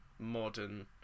Modern